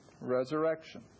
resurrection